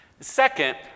Second